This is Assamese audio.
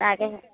তাকেহে